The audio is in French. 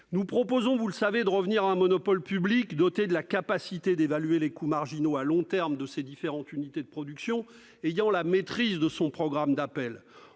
Nous proposons, vous le savez, de revenir à un monopole public capable d'évaluer les coûts marginaux à long terme de ses différentes unités de production, ayant la maîtrise de son programme d'appel.